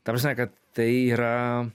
ta prasme kad tai yra